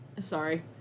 Sorry